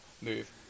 move